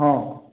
ହଁ